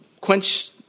quench